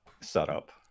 setup